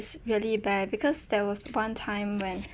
it's really bad because there was one time when